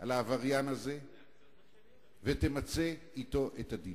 על העבריין הזה ותמצה אתו את הדין.